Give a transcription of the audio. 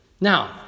Now